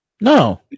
No